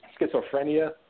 schizophrenia